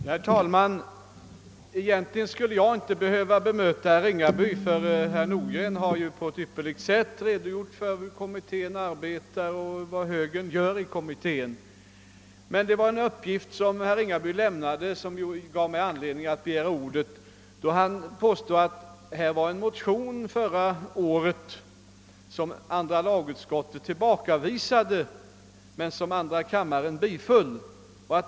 Herr talman! Egentligen skulle jag inte behöva bemöta herr Ringabys påståenden. Herr Nordgren har ju på ett ypperligt sätt redogjort för hur kommittén arbetar och vad högern gör i kommittén. En uppgift av herr Ringaby gav mig dock anledning att begära ordet. Han påstod att förra året väcktes en motion som andra lagutskottet avstyrkte, men som andra kammaren biföll.